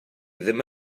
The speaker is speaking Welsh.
ddim